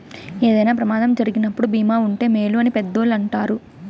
ఏదైనా ప్రమాదం జరిగినప్పుడు భీమా ఉంటే మేలు అని పెద్దోళ్ళు అంటారు